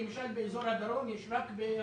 למשל באזור הדרום יש רק ברהט.